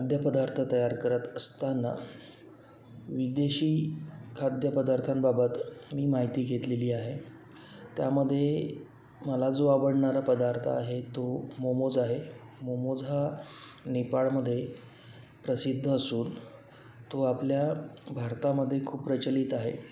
खाद्यपदार्थ तयार करत असताना विदेशी खाद्यपदार्थांबाबत मी माहिती घेतलेली आहे त्यामध्ये मला जो आवडणारा पदार्थ आहे तो मोमोज आहे मोमोज हा नेपाळमधे प्रसिद्ध असून तो आपल्या भारतामध्ये खूप प्रचलित आहे